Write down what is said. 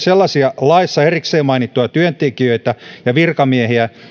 sellaisia laissa erikseen mainittuja työntekijöitä ja virkamiehiä